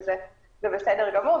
וזה בסדר גמור,